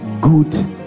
good